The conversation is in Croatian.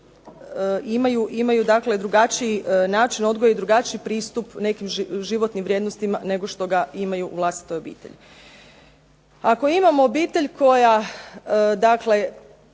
dakle drugačiji način odgoja i drugačiji pristup nekim životnim vrijednostima nego što ga imaju u vlastitoj obitelji. Ako imamo obitelj, roditelje dakle